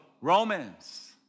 Romans